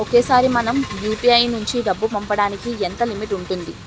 ఒకేసారి మనం యు.పి.ఐ నుంచి డబ్బు పంపడానికి ఎంత లిమిట్ ఉంటుంది?